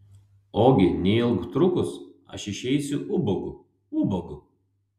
ogi neilgtrukus aš išeisiu ubagu ubagu